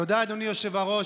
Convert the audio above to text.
תודה, אדוני היושב-ראש.